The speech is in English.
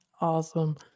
awesome